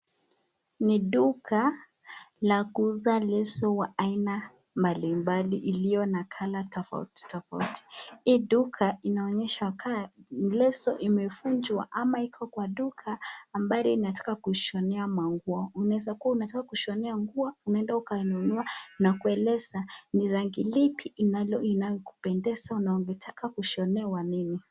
Ni duka la kuuza leso za aina mbalimbali iliyo na kala tofauti tofauti. Hii duka inaonyeshwa kuwa leso imefungwa ama iko kwa duka ambayo inataka kushonea nguo. Unaweza kuwa unataka kushonea nguo unaenda ukanunua na kueleza ni rangi lipi linalokupendeza na unataka kushonewa nini.